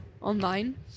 online